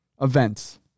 Events